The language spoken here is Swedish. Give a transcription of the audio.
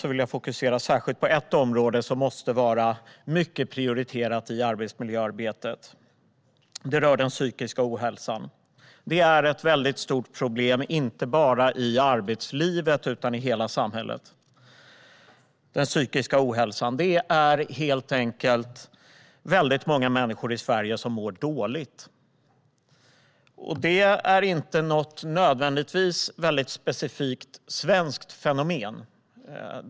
Jag vill fokusera särskilt på ett område som måste vara mycket prioriterat i arbetsmiljöarbetet. Det rör den psykiska ohälsan. Den psykiska ohälsan är ett stort problem, inte bara i arbetslivet utan i hela samhället. Det är helt enkelt väldigt många människor i Sverige som mår dåligt. Det är inte nödvändigtvis ett specifikt svenskt fenomen.